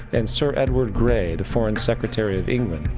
and sir edward grey, the foreign secretary of england,